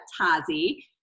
Tazi